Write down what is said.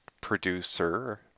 producer